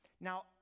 now